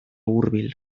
hurbil